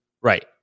Right